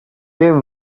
give